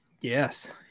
Yes